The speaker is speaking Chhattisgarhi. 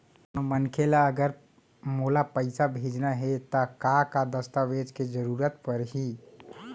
कोनो मनखे ला अगर मोला पइसा भेजना हे ता का का दस्तावेज के जरूरत परही??